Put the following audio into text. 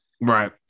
right